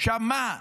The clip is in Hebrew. מה,